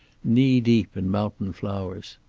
knee deep in mountain flowers.